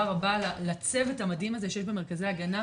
רבה לצוות המדהים הזה שיש במרכזי ההגנה,